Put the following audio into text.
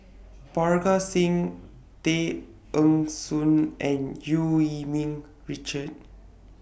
Parga Singh Tay Eng Soon and EU Yee Ming Richard